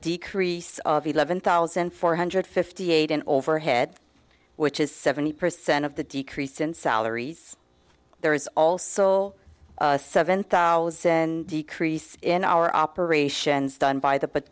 decrease of eleven thousand four hundred fifty eight an overhead which is seventy percent of the decrease in salaries there is also a seven thousand decrease in our operations done by the